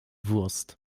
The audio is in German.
wurst